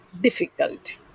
difficult